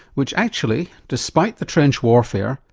which actually, despite the trench warfare,